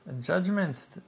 judgments